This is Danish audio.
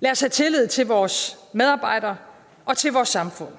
Lad os have tillid til vores medarbejdere og til vores samfund